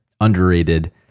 underrated